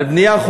בבקשה.